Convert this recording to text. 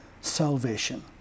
salvation